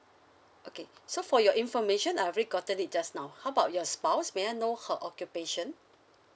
okay so for your information I've already gotten it just now how about your spouse may I know her occupation